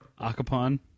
Acapon